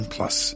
Plus